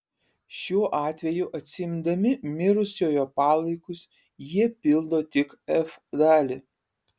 šiuo atveju atsiimdami mirusiojo palaikus jie pildo tik f dalį